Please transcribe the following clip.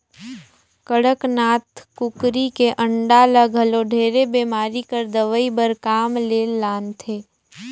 कड़कनाथ कुकरी के अंडा ल घलो ढेरे बेमारी कर दवई बर काम मे लानथे